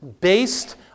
based